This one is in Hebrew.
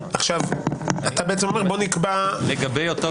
עכשיו אתה בעצם אומר בוא נקבע לגבי 2 (ג).